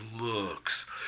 looks